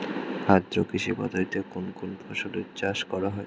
আদ্র কৃষি পদ্ধতিতে কোন কোন ফসলের চাষ করা হয়?